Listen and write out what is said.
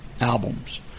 albums